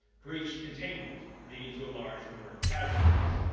breached containment, leading to a large number of casualties.